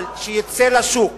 אבל שמוצר יצא לשוק